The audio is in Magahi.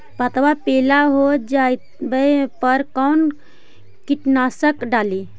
पतबा पिला हो जाबे पर कौन कीटनाशक डाली?